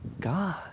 god